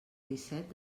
disset